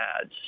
ads